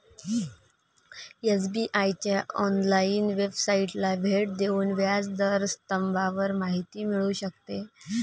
SBI च्या online वेबसाइटला भेट देऊन व्याज दर स्तंभावर माहिती मिळू शकते